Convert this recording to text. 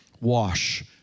wash